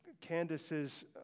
Candace's